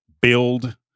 build